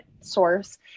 source